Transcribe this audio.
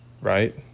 right